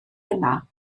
yna